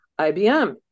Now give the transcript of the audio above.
ibm